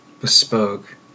Bespoke